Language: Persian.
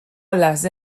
لحظه